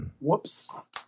Whoops